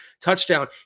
touchdown